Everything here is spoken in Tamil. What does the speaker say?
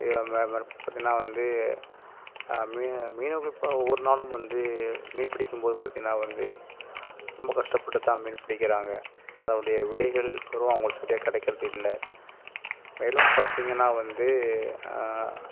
இ இதில் பார்த்தீங்கன்னா வந்து மீ மீனவர் இப்போ ஒவ்வொரு நாளும் வந்து மீன்பிடிக்கும் போது பார்த்தீங்கன்னா வந்து ரொம்ப கஷ்டப்பட்டுதான் மீன் பிடிக்கிறாங்க அதனுடைய விலைகள் அவர்களுக்கு அவ்வளவாக சரியாக கிடைக்கிறதில்ல மேலும் பார்த்தீங்கன்னா வந்து